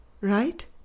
right